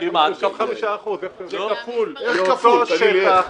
זה --- באותו שטח,